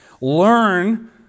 Learn